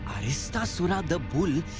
aristasura, the bull,